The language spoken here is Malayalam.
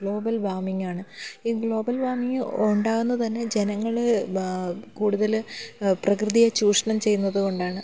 ഗ്ലോബൽ വാർമിംഗാണ് ഈ ഗ്ലോബൽ വാർമിങ്ങ് ഉണ്ടാകുന്നത് തന്നെ ജനങ്ങൾ കൂടുതൽ പ്രകൃതിയെ ചൂഷണം ചെയ്യുന്നത് കൊണ്ടാണ്